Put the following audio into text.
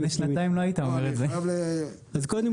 קודם